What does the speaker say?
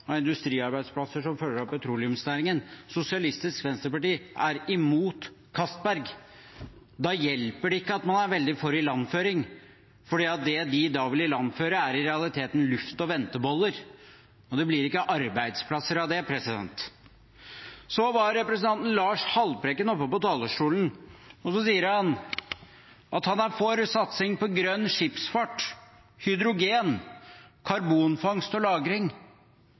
av industriarbeidsplasser som følger av petroleumsnæringen. Sosialistisk Venstreparti er imot Castberg. Da hjelper det ikke at man er veldig for ilandføring. Det de da vil ilandføre, er i realiteten luftsuppe og venteboller. Det blir ikke arbeidsplasser av det. Så var representanten Lars Haltbrekken på talerstolen og sa at han er for satsing på grønn skipsfart, hydrogen, karbonfangst og